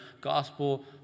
gospel